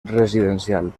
residencial